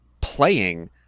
playing